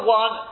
one